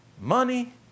money